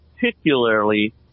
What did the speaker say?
particularly